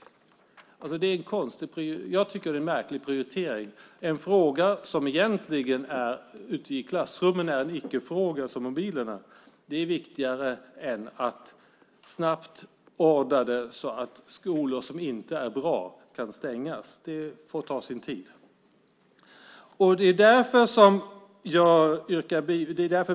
Jag tycker att det är en märklig prioritering. En fråga som i klassrummen egentligen är en icke-fråga som den om mobilerna är viktigare än att snabbt ordna att skolor som inte är bra kan stängas; det får ta sin tid.